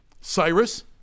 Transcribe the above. Cyrus